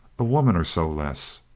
a woman or so less.